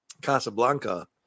Casablanca